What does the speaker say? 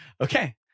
Okay